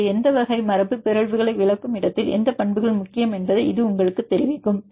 எனவே எந்த வகை மரபுபிறழ்வுகளை விளக்கும் இடத்தில் எந்த பண்புகள் முக்கியம் என்பதை இது உங்களுக்குத் தெரிவிக்கும்